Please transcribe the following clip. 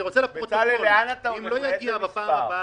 אני רוצה לומר לפרוטוקול: אם לא תגיע בפעם הבאה